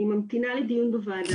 היא ממתינה לדיון בוועדה.